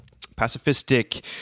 pacifistic